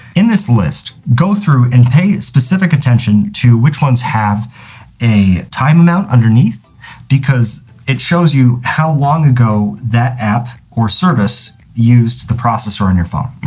in this list, go through and pay specific attention to which ones have a time amount underneath because it shows you how long ago that app or service used the processor on your phone.